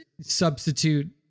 substitute